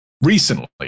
Recently